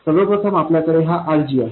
सर्व प्रथम आपल्याकडे हा RG आहे